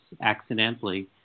accidentally